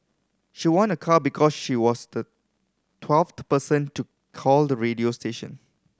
she won a car because she was the twelfth the person to call the radio station